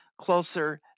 closer